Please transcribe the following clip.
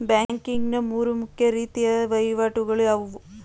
Banking ನ ಮೂರು ಮುಖ್ಯ ರೀತಿಯ ವಹಿವಾಟುಗಳು ಯಾವುವು?